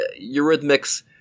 Eurythmics